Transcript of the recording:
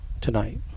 tonight